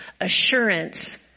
assurance